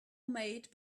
made